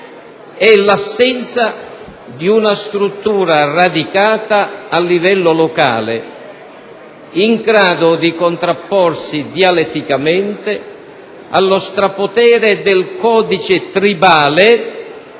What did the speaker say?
è l'assenza di una struttura radicata a livello locale, in grado di contrapporsi dialetticamente allo strapotere del codice tribale